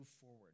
forward